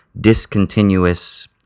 discontinuous